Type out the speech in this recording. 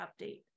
update